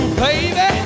baby